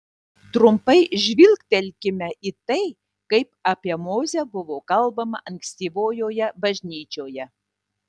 trumpai žvilgtelkime į tai kaip apie mozę buvo kalbama ankstyvojoje bažnyčioje